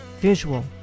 visual